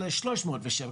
אין שלוש מאות ושבע.